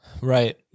Right